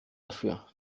dafür